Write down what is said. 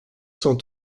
cent